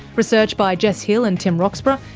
research by jess hill and tim roxburgh,